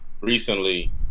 recently